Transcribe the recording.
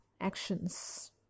actions